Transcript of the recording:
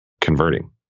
converting